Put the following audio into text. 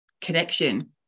connection